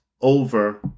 over